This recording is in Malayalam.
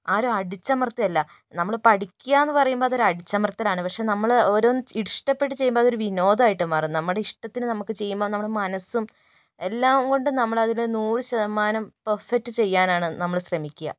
ആരും അടിച്ചമർത്തുകയല്ല നമ്മൾ പഠിക്കുകയെന്ന് പറയുമ്പോൾ അതൊരു അടിച്ചമർത്തലാണ് പക്ഷേ നമ്മൾ ഓരോന്ന് ഇഷ്ടപ്പെട്ട് ചെയ്യുമ്പോൾ അതൊരു വിനോദമായിട്ട് മാറും നമ്മുടെ ഇഷ്ടത്തിന് നമുക്ക് ചെയ്യുമ്പോൾ നമ്മുടെ മനസ്സും എല്ലാംകൊണ്ട് നമ്മളതിനെ നൂറു ശതമാനം പെർഫെക്റ്റ് ചെയ്യാനാണ് നമ്മൾ ശ്രമിക്കുക